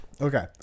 okay